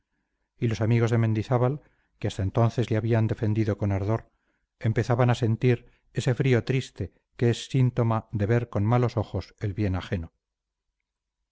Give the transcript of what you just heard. y los amigos de mendizábal que hasta entonces le habían defendido con ardor empezaban a sentir ese frío triste que es síntoma de ver con malos ojos el bien ajeno